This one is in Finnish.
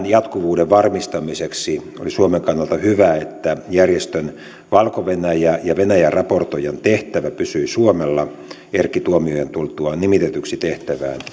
jatkuvuuden varmistamiseksi oli suomen kannalta hyvä että järjestön valko venäjän ja ja venäjän raportoijan tehtävä pysyi suomella erkki tuomiojan tultua nimitetyksi tehtävään